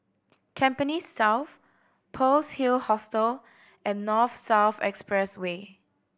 Tampines South Pearl's Hill Hostel and North South Expressway